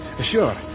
Sure